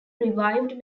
revived